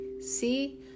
see